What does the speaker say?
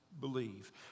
believe